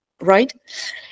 Right